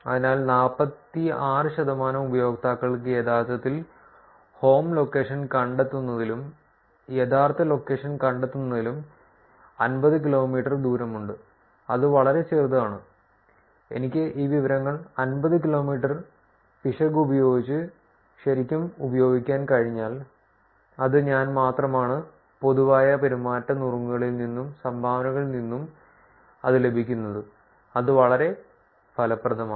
അതിനാൽ 46 ശതമാനം ഉപയോക്താക്കൾക്ക് യഥാർത്ഥത്തിൽ ഹോം ലൊക്കേഷൻ കണ്ടെത്തുന്നതിലും യഥാർത്ഥ ലൊക്കേഷൻ കണ്ടെത്തുന്നതിലും 50 കിലോമീറ്റർ ദൂരമുണ്ട് അത് വളരെ ചെറുതാണ് എനിക്ക് ഈ വിവരങ്ങൾ 50 കിലോമീറ്റർ പിശക് ഉപയോഗിച്ച് ശരിക്കും ഉപയോഗിക്കാൻ കഴിഞ്ഞെങ്കിൽ അത് ഞാൻ മാത്രമാണ് പൊതുവായ പെരുമാറ്റ നുറുങ്ങുകളിൽ നിന്നും സംഭാവനകളിൽ നിന്നും അത് ലഭിക്കുന്നത് അത് വളരെ ഫലപ്രദമാണ്